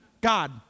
God